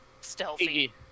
stealthy